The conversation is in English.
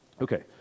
Okay